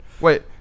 Wait